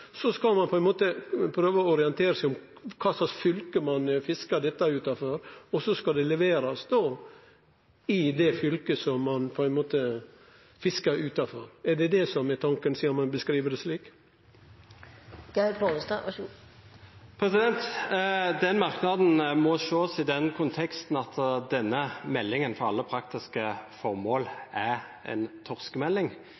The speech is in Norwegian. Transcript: skal ein prøve å orientere seg om kva for fylke ein fiskar dette utanfor, og så skal det leverast i det fylket som ein fiskar utanfor? Er det dette som er tanken, sidan ein beskriv det slik? Den merknaden må ses i den konteksten at denne meldingen for alle praktiske